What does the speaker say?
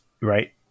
right